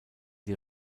die